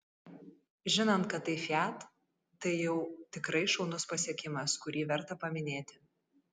žinant kad tai fiat tai jau tikrai šaunus pasiekimas kurį verta paminėti